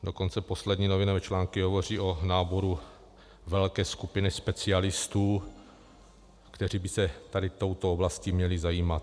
Dokonce poslední novinové články hovoří o náboru velké skupiny specialistů, kteří by se touto oblastí měli zabývat.